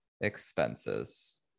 Expenses